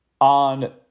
on